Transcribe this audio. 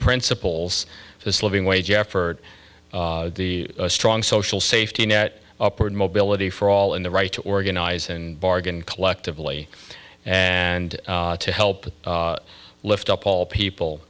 principals this living wage effort a strong social safety net upward mobility for all in the right to organize and bargain collectively and to help lift up all people